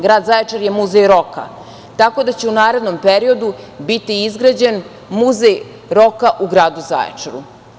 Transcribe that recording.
Grad Zaječar je muzej roka, tako da će u narednom periodu biti izgrađen muzej roka u gradu Zaječaru.